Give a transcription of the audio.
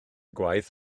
gwaith